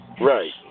Right